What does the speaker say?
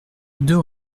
deux